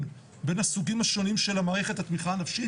בין הסוגים השונים של מערכת התמיכה הנפשית,